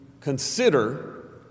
consider